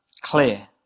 clear